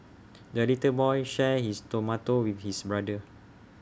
the little boy shared his tomato with his brother